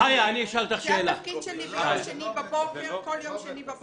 זה התפקיד שלי בכל יום שני בבוקר, לשכנע.